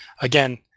Again